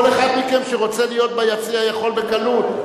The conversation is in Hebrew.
כל אחד מכם שרוצה להיות ביציע יכול בקלות.